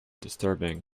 disturbing